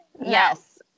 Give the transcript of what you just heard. Yes